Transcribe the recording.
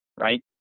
right